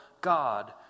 God